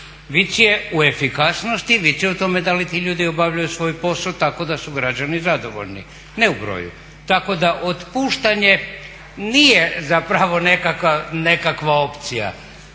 vic je u efikasnosti, vic je u tome da li ti ljudi obavljaju svoj posao tako da su građani zadovoljni, ne u broju. Tako da otpuštanje nije zapravo nekakva opcija.